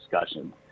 discussion